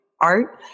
Art